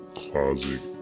closet